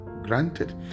granted